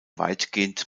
weitgehend